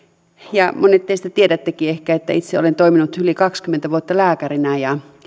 monet teistä tiedättekin ehkä että itse olen toiminut yli kaksikymmentä vuotta lääkärinä